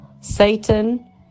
Satan